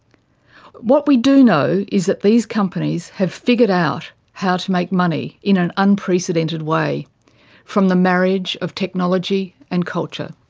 what we do know is that these companies have figured out how to make money in an unprecedented way from the marriage of technology and culture.